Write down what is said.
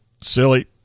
silly